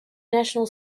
national